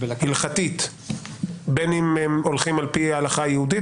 הלכתית - בין אם הם הולכים על פי ההלכה היהודית